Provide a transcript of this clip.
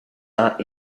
are